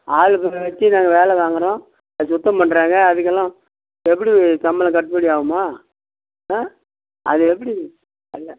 ஆளுகளை வச்சு நாங்கள் வேலை வாங்குகிறோம் அது சுத்தம் பண்ணுறாங்க அதுக்கெல்லாம் எப்படி சம்பளம் கட்டுப்படி ஆகுமா ஆ அது எப்படி இல்லை